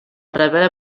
revela